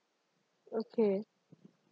okay